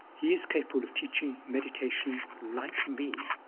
he is capable of teaching meditation like me,